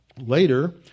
Later